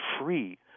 free